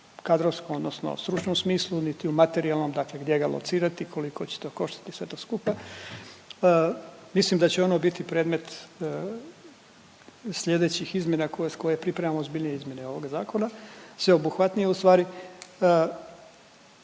kadrovskom odnosno stručnom smislu niti u materijalnom, dakle gdje ga locirati, koliko će to koštati i sve to skupa, mislim da će ono biti predmet sljedećih izmjena, koje koje pripremamo ozbiljnije izmjene ovog Zakona, sveobuhvatnije ustvari